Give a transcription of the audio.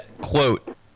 quote